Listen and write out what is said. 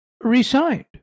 resigned